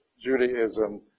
Judaism